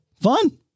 Fun